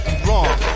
wrong